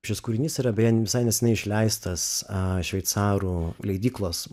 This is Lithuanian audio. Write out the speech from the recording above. šis kūrinys yra vien visai neseniai išleistas šveicarų leidyklos